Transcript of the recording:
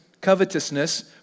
covetousness